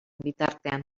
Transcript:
bitartean